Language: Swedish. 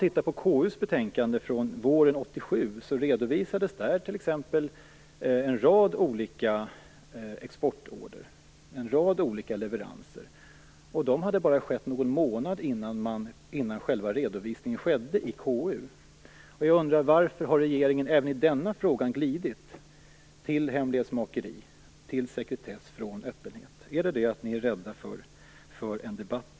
I KU:s betänkande våren 1987 redovisas t.ex. en rad olika exportorder och leveranser. De hade skett bara någon månad före själva redovisningen i KU. Varför har regeringen även i denna fråga glidit över från öppenhet till hemlighetsmakeri och sekretess? Är det helt enkelt så att ni är rädda för en debatt?